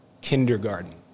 kindergarten